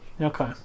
okay